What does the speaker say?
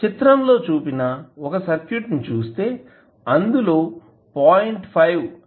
చిత్రం లో చూపిన ఒక సర్క్యూట్ ని చుస్తే అందులో 0